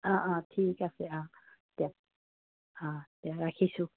অঁ অঁ ঠিক আছে অঁ দিয়া অঁ দিয়া ৰাখিছোঁ